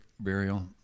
burial